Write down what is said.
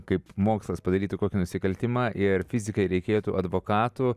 kaip mokslas padarytų kokį nusikaltimą ir fizikai reikėtų advokatų